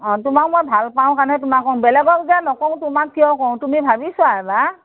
অ তোমাক মই ভাল পাওঁ কাৰণেহে তোমাক মই বেলেগক যে নকওঁ তোমাক কিয় কওঁ তুমি ভাবি চোৱা এবাৰ